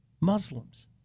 Muslims